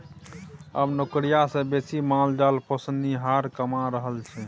आब नौकरिया सँ बेसी माल जाल पोसनिहार कमा रहल छै